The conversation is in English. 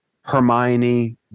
Hermione